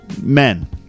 men